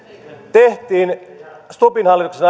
stubbin hallituksen